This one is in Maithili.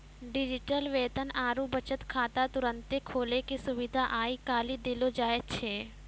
डिजिटल वेतन आरु बचत खाता तुरन्ते खोलै के सुविधा आइ काल्हि देलो जाय छै